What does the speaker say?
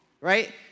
Right